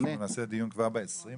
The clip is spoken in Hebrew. אנחנו נעשה דיון כבר ב-20 במרץ.